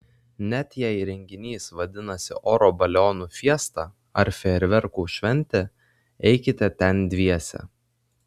net jei renginys vadinasi oro balionų fiesta ar fejerverkų šventė eikite ten dviese